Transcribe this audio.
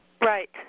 Right